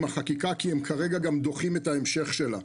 החקיקה כי הם כרגע גם דוחים את ההמשך שלה.